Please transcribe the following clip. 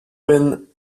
been